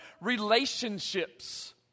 relationships